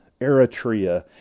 Eritrea